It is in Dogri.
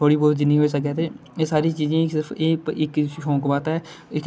थोह्ड़ी बहुत जिन्नी बी होई सकै ते एह् सारियें चीजें गी सिर्फ इक शौक बास्तै